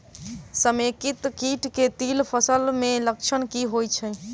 समेकित कीट केँ तिल फसल मे लक्षण की होइ छै?